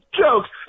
jokes